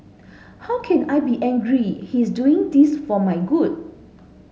how can I be angry he is doing this for my good